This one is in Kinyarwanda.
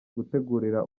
gutegurira